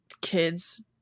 kids